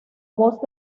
voz